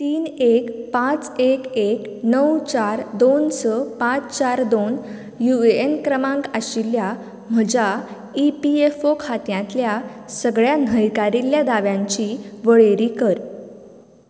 तीन एक पांच एक एक णव चार दोन स पांच चार दोन यु ए एन क्रमांक आशिल्ल्या म्हज्या ई पी एफ ओ खात्यांतल्या सगळ्या न्हयकारिल्ल्या दाव्यांची वळेरी कर